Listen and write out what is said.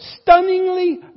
stunningly